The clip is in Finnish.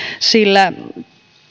sillä